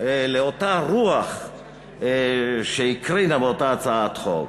לאותה רוח שהקרינה אותה הצעת חוק,